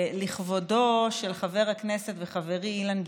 לכבודו של חבר הכנסת וחברי אילן גילאון,